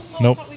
Nope